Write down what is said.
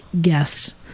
guests